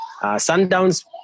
Sundowns